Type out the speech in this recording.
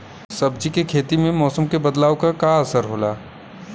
सब्जी के खेती में मौसम के बदलाव क का असर होला?